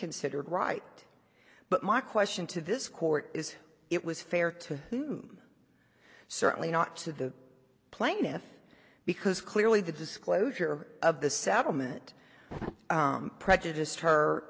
considered right but my question to this court is it was fair to whom certainly not to the plaintiff because clearly the disclosure of the settlement prejudiced her